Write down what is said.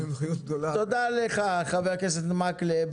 תודה לך חבר הכנסת מקלב.